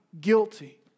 guilty